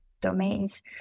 domains